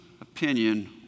opinion